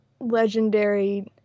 Legendary